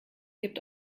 gibt